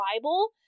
Bible